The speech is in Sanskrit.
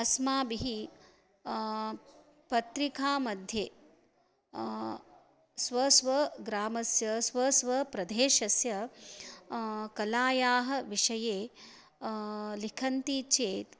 अस्माभिः पत्रिका मध्ये स्व स्वग्रामस्य स्व स्वप्रदेशस्य कलायाः विषये लिखन्ति चेत्